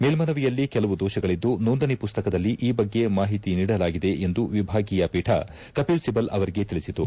ಮೇಲ್ಮನವಿಯಲ್ಲಿ ಕೆಲವು ದೋಷಗಳಿದ್ದು ನೋಂದಣಿ ಮಸ್ತಕದಲ್ಲಿ ಈ ಬಗ್ಗೆ ಮಾಹಿತಿ ನೀಡಲಾಗಿದೆ ಎಂದು ವಿಭಾಗೀಯ ಪೀಠ ಕಪಿಲ್ ಸಿಬಲ್ ಅವರಿಗೆ ತಿಳಿಸಿತು